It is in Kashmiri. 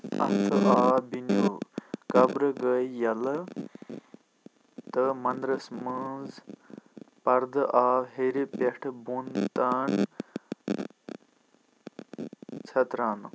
اَتھٕ آو بُنیُٛل قبرٕ گٔیہِ یَلہٕ تہٕ منٛدرَس منٛز پڑدٕ آو ہیٚرِ پٮ۪ٹھٕ بۄن تانۍ ژٔھنۍ راونہٕ